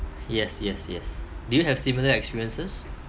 yes yes yes do you have similar experiences